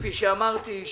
כפי שאמרתי,